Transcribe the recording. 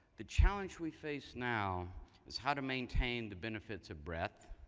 the challenge we face now is how to maintain the benefits of breath,